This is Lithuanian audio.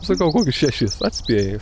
sakau kokius šešis atspėjai